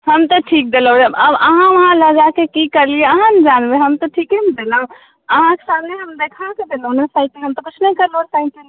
हम तऽ ठीक देलहुँ अब अहाँ वहाँ लऽ जाके की करलियै अहाँ नहि जानबै हम तऽ ठीके ने देलहुँ अहाँके सामने हम देखाके देलहुँ ने साइकिल हम तऽ कुछ नहि करलहुँ साइकिलके